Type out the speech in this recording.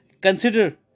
consider